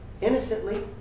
innocently